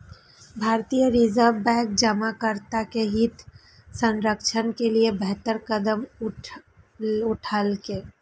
भारतीय reserve bank जमाकर्ता के हित संरक्षण के लिए बेहतर कदम उठेलकै